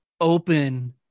open